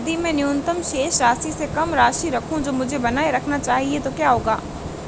यदि मैं न्यूनतम शेष राशि से कम राशि रखूं जो मुझे बनाए रखना चाहिए तो क्या होगा?